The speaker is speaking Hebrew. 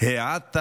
לא ידעת